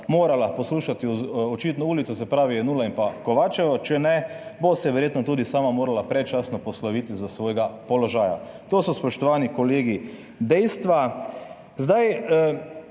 morala poslušati očitno ulico, se pravi Jenulla in pa Kovačevo, če ne bo se verjetno tudi sama morala predčasno posloviti s svojega položaja. To so, spoštovani kolegi, dejstva. Zdaj,